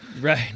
Right